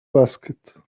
basket